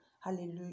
hallelujah